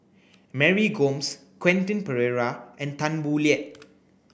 Mary Gomes Quentin Pereira and Tan Boo Liat